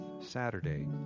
Saturday